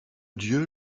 dieu